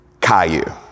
caillou